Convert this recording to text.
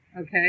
okay